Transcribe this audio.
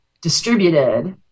distributed